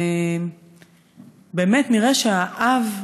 באמת נראה שהאב,